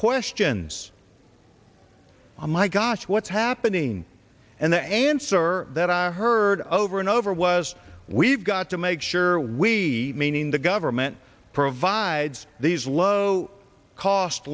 questions on my gosh what's happening and the answer that i heard over and over was we've got to make sure we meaning the government provides these low cost